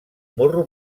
morro